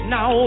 Now